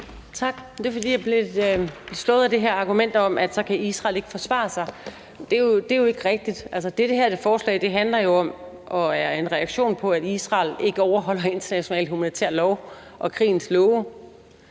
om ordet, fordi jeg blev slået af det her argument om, at så kan Israel ikke forsvare sig. Det er jo ikke rigtigt. Altså, det her forslag handler jo om og er en reaktion på, at Israel ikke overholder international humanitær lov og krigens love.